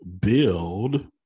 build